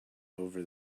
over